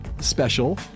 special